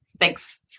Thanks